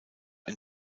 ein